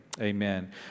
Amen